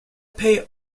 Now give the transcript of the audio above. pay